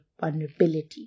vulnerability